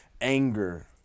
anger